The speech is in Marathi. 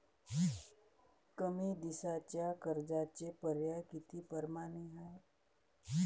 कमी दिसाच्या कर्जाचे पर्याय किती परमाने हाय?